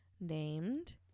named